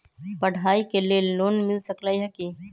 पढाई के लेल लोन मिल सकलई ह की?